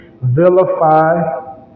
vilify